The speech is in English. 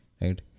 right